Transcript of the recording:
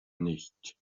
nicht